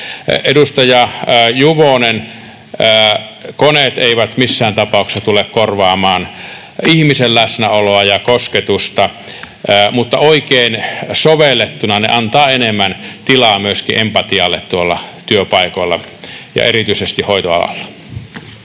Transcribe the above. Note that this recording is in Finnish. Edustaja Juvonen, koneet eivät missään tapauksessa tule korvaamaan ihmisen läsnäoloa ja kosketusta, mutta oikein sovellettuna ne antavat enemmän tilaa myöskin empatialle työpaikoilla ja erityisesti hoitoalalla.